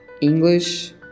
English